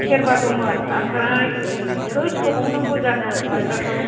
सेरबा दंमोन ओमफ्राय सोर सौबावनांगौ जाखो माइब्राखौ